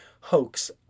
hoax